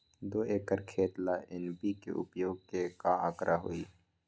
दो एकर खेत ला एन.पी.के उपयोग के का आंकड़ा होई?